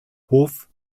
hof